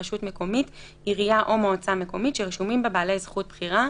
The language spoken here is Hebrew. "רשות מקומית" עירייה או מועצה מקומית שרשומים בה בעלי זכות בחירה".